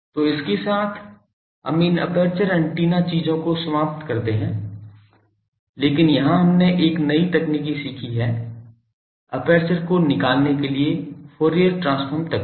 तो इसके साथ हम इन एपर्चर एंटीना चीजों को समाप्त करते हैं लेकिन यहां हमने एक नई तकनीक सीखी है एपर्चर को निकलने के लिए फॉरिएर ट्रांसफॉर्म तकनीक